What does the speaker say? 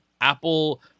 Apple